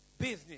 business